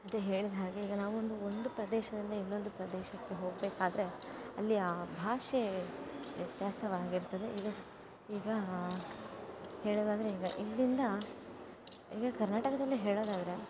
ಅದೇ ಹೇಳಿದ ಹಾಗೇ ಈಗ ನಾವು ಒಂದು ಒಂದು ಪ್ರದೇಶದಿಂದ ಇನ್ನೊಂದು ಪ್ರದೇಶಕ್ಕೆ ಹೋಗಬೇಕಾದ್ರೆ ಅಲ್ಲಿ ಆ ಭಾಷೆ ವ್ಯತ್ಯಾಸವಾಗಿರ್ತದೆ ಈಗ ಈಗ ಹೇಳೋದಾದರೆ ಈಗ ಇಲ್ಲಿಂದ ಈಗ ಕರ್ನಾಟಕದಲ್ಲಿ ಹೇಳೋದಾದರೆ